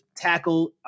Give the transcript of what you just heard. tackle